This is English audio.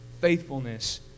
faithfulness